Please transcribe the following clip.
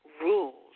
rules